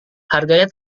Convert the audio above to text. harganya